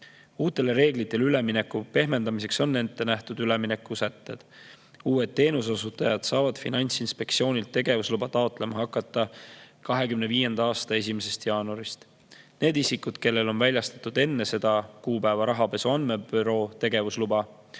Uutele reeglitele ülemineku pehmendamiseks on ette nähtud üleminekusätted. Uued teenuseosutajad saavad Finantsinspektsioonilt tegevusluba taotlema hakata 2025. aasta 1. jaanuarist. Need isikud, kellele on väljastatud enne seda kuupäeva Rahapesu Andmebüroo tegevusluba,